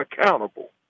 accountable